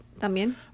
también